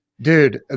dude